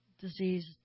disease